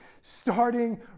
starting